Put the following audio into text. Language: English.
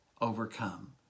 overcome